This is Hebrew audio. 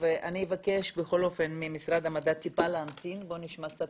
אני אבקש ממשרד המדע טיפה להמתין, נשמע קצת